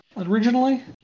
Originally